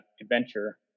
adventure